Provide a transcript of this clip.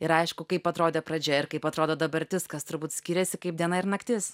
ir aišku kaip atrodė pradžia ir kaip atrodo dabartis kas turbūt skiriasi kaip diena ir naktis